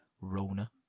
Rona